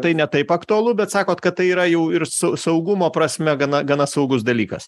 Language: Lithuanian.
tai ne taip aktualu bet sakot kad tai yra jau ir su saugumo prasme gana gana saugus dalykas